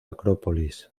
acrópolis